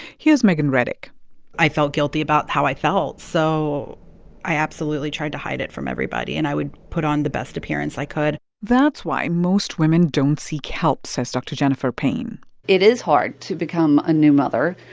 here's meghan reddick i felt guilty about how i felt, so i absolutely tried to hide it from everybody. and i would put on the best appearance i could that's why most women don't seek help, says dr. jennifer payne it is hard to become a new mother.